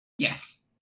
Yes